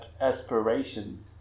aspirations